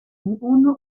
ohne